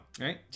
right